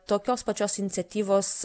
tokios pačios iniciatyvos